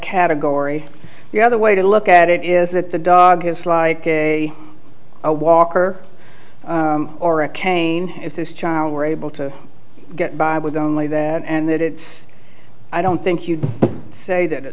category the other way to look at it is that the dog is like a walker or a cane if this child were able to get by with only that and that it's i don't think you'd say that